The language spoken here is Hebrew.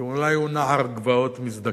שאולי הוא נער גבעות מזדקן.